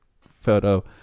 photo